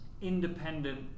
independent